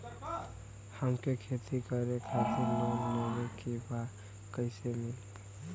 हमके खेती करे खातिर लोन लेवे के बा कइसे मिली?